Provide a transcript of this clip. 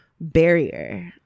barrier